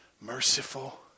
merciful